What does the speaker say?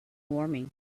warming